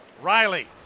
Riley